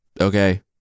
Okay